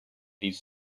these